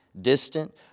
distant